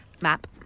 map